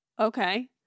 Okay